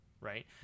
right